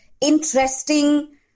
interesting